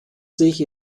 sich